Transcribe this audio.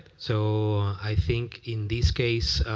so i think in this case,